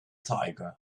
tiger